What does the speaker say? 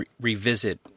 revisit